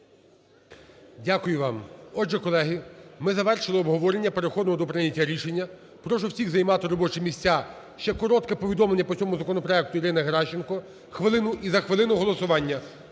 Дякую вам. Отже, колеги, ми завершили обговорення, переходимо до прийняття рішення. Прошу всіх займати робочі місця. Ще коротке повідомлення по цьому законопроекту Ірини Геращенко, хвилину, і за хвилину голосування.